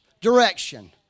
direction